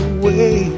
away